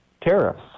tariffs